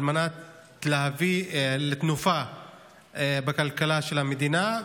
על מנת להביא לתנופה בכלכלה של המדינה.